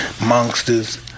monsters